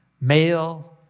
male